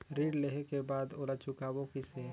ऋण लेहें के बाद ओला चुकाबो किसे?